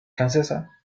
francesa